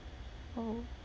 oh